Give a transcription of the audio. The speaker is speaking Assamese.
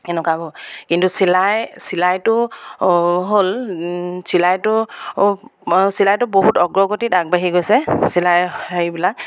এনেকুৱাবোৰ কিন্তু চিলাই চিলাইটো হ'ল চিলাইটো চিলাইটো বহুত অগ্ৰগতিত আগবাঢ়ি গৈছে চিলাই হেৰিবিলাক